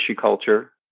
culture